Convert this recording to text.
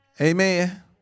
Amen